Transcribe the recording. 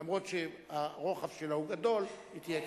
אף שהרוחב שלה הוא גדול, היא תהיה קצרה.